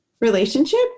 relationship